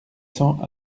cents